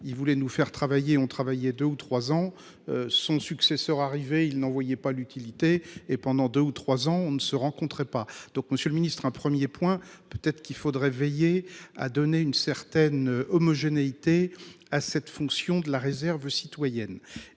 il voulait nous faire travailler ont travaillé 2 ou 3 ans. Son successeur arriver il n'en voyait pas l'utilité et pendant 2 ou 3 ans on ne se rencontraient pas donc Monsieur le Ministre, un 1er point, peut-être qu'il faudrait veiller à donner une certaine homogénéité à cette fonction de la réserve citoyenne